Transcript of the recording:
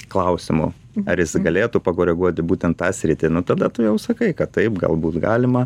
klausimu ar jis galėtų pakoreguoti būtent tą sritį nu tada tu jau sakai kad taip galbūt galima